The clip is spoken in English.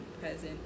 present